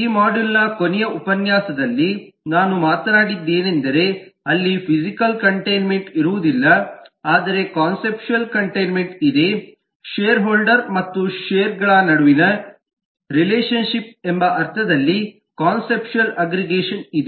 ಈ ಮಾಡ್ಯೂಲ್ನ ಕೊನೆಯ ಉಪನ್ಯಾಸದಲ್ಲಿ ನಾನು ಮಾತನಾಡಿದ್ದೇನೆಂದರೆ ಅಲ್ಲಿ ಫಿಸಿಕಲ್ ಕಂಟೈನ್ಮೆಂಟ್ ಇರುವುದಿಲ್ಲ ಆದರೆ ಕಾನ್ಸೆಪ್ಚುಯಲ್ ಕಂಟೈನ್ಮೆಂಟ್ ಇದೆ ಷೇರ್ ಹೋಲ್ಡರ್ ಮತ್ತು ಷೇರುಗಳ ನಡುವಿನ ರಿಲೇಶನ್ ಶಿಪ್ ಎಂಬ ಅರ್ಥದಲ್ಲಿ ಕಾನ್ಸೆಪ್ಚುಯಲ್ ಅಗ್ಗ್ರಿಗೇಷನ್ ಇದೆ